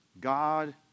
God